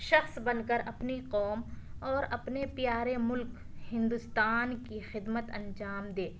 شخص بن کر اپنی قوم اور اپنے پیارے ملک ہندوستان کی خدمت انجام دے